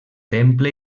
temple